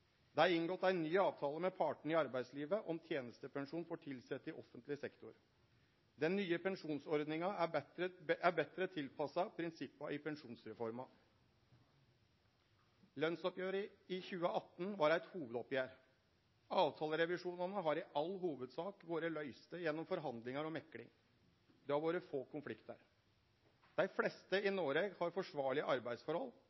Det er inngått ein ny avtale med partane i arbeidslivet om tenestepensjon for tilsette i offentleg sektor. Den nye pensjonsordninga er betre tilpassa prinsippa i pensjonsreforma. Lønnsoppgjeret i 2018 var eit hovudoppgjer. Avtalerevisjonane har i all hovudsak vore løyste gjennom forhandlingar og mekling. Det har vore få konfliktar. Dei fleste i